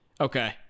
Okay